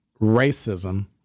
racism